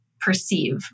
perceive